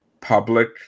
public